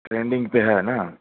trending पर है ना